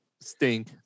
stink